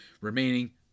remaining